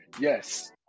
Yes